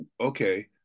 okay